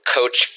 Coach